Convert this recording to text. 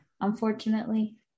unfortunately